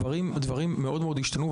דברים מאוד מאוד השתנו,